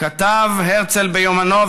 כתב הרצל ביומנו,